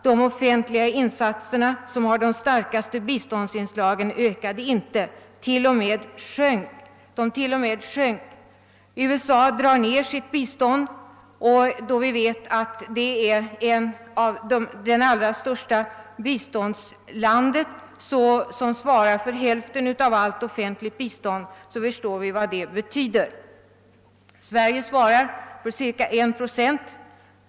De offentliga insatserna, som har de starkaste biståndsinslagen, ökade inte — t.o.m. sjönk. USA drar ned sitt bistånd, och då vi vet att det är ett av de största biståndsländerna och svarar för hälften av allt offentligt bistånd, förstår vi vad det betyder. Sverige svarar för ungefär 1 procent.